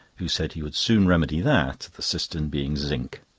who said he would soon remedy that, the cistern being zinc.